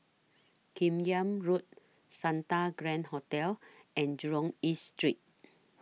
Kim Yam Road Santa Grand Hotel and Jurong East Street